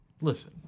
listen